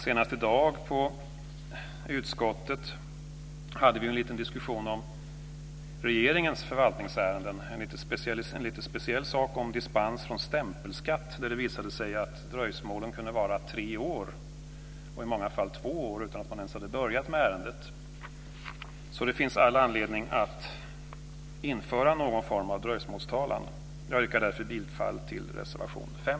Senast i dag i utskottet hade vi en liten diskussion om regeringens förvaltningsärenden - en lite speciell sak om dispens från stämpelskatt. Det visade sig att dröjsmålen kunde vara i tre år, i många fall åtminstone i två år, utan att man ens hade börjat med ärendet. Det finns alltså all anledning att införa någon form av dröjsmålstalan. Jag yrkar därför bifall till reservation 5.